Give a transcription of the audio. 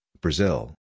Brazil